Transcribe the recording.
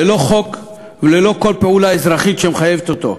ללא חוק וללא כל פעולה אזרחית שמחייבת אותו.